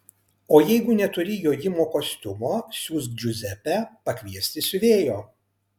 o jeigu neturi jojimo kostiumo siųsk džiuzepę pakviesti siuvėjo